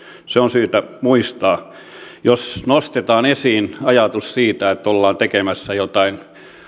se on syytä muistaa jos nostetaan esiin ajatus siitä että ollaan tekemässä jotain